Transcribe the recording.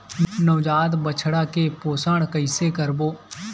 नवजात बछड़ा के पोषण कइसे करबो?